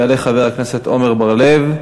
יעלה חבר הכנסת עמר בר-לב,